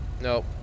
nope